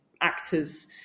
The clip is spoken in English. actors